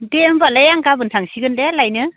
दे होमबालाय आं गाबोन थांसिगोन दे लायनो